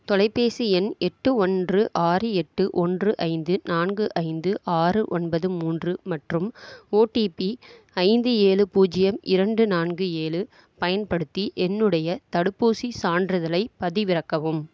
தொலைபேசி எண் எட்டு ஒன்று ஆறு எட்டு ஒன்று ஐந்து நான்கு ஐந்து ஆறு ஒன்பது மூன்று மற்றும் ஓடிபி ஐந்து ஏழு பூஜ்ஜியம் இரண்டு நான்கு ஏழு பயன்படுத்தி என்னுடைய தடுப்பூசி சான்றிதழை பதிவிறக்கவும்